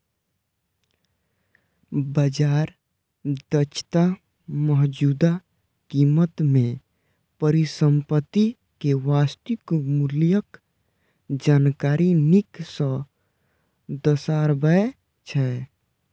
बाजार दक्षता मौजूदा कीमत मे परिसंपत्ति के वास्तविक मूल्यक जानकारी नीक सं दर्शाबै छै